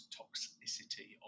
toxicity